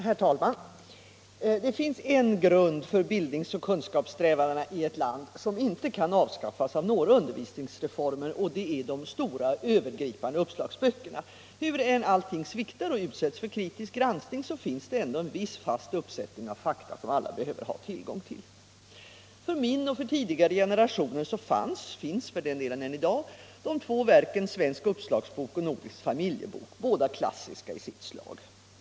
Herr talman! Det finns en grund för bildningsoch kunskapssträvandena i ett land som inte kan avskaffas av några undervisningsreformer, och det är de stora, övergripande uppslagsböckerna. Hur än allting sviktar och utsätts för kritisk granskning så finns det ändå en viss fast uppsättning av fakta som alla behöver ha tillgång till. För min och tidigare generationer fanns, och finns för den delen än i dag, de två verken Svensk uppslagsbok och Nordisk familjebok, båda klassiska i sitt slag.